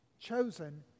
chosen